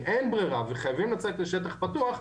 אם אין ברירה וחייבים לצאת לשטח פתוח,